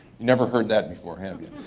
never heard that before, have you?